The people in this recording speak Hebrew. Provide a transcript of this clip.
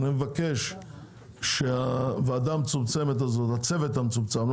אני מבקש שהצוות המצומצם שידון